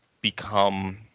become